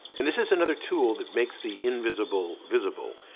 and this is another tool that makes the invisible visible.